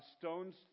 stone's